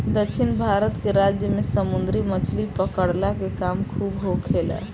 दक्षिण भारत के राज्य में समुंदरी मछली पकड़ला के काम खूब होखेला